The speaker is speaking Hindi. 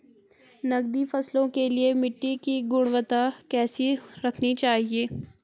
नकदी फसलों के लिए मिट्टी की गुणवत्ता कैसी रखनी चाहिए?